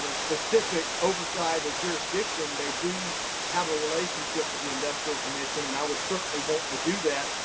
you know specific oversight, or jurisdiction, they do have a relationship with the industrial commission, and i would certainly vote to do that.